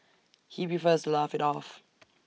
he prefers to laugh IT off